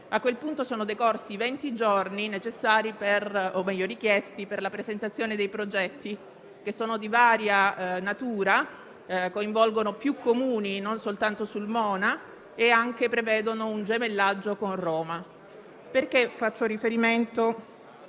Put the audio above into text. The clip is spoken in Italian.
A quel punto, sono decorsi i venti giorni richiesti per la presentazione dei progetti, che sono di varia natura, coinvolgono più Comuni, non soltanto Sulmona, e prevedono un gemellaggio con Roma. Signor Presidente, faccio riferimento